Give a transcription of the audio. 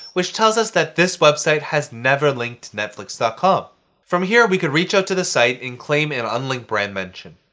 which tells us that this website has never linked to netflix dot com from here, we could reach out to the site and claim an unlinked brand mention.